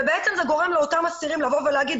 ובעצם זה גורם לאותם אסירים לומר,